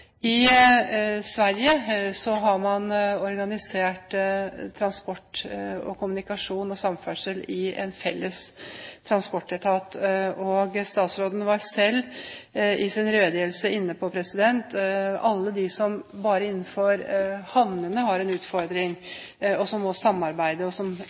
I Sverige har man organisert transport, kommunikasjon og samferdsel i en felles transportetat. Statsråden var selv i sin redegjørelse inne på alle dem som bare innenfor havnene har en utfordring og som må samarbeide, og som